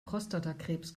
prostatakrebs